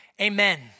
amen